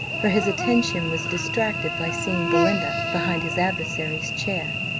for his attention was distracted by seeing belinda behind his adversary's chair.